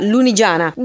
Lunigiana